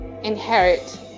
inherit